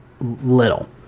little